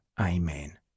Amen